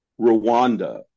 Rwanda